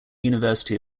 university